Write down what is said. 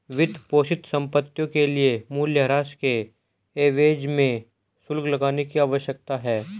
वित्तपोषित संपत्तियों के लिए मूल्यह्रास के एवज में शुल्क लगाने की आवश्यकता है